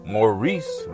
Maurice